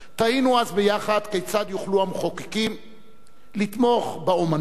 תהינו אז יחד כיצד יוכלו המחוקקים לתמוך באמנות